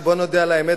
שבואו נודה על האמת,